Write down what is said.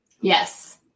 Yes